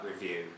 review